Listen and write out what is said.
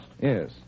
Yes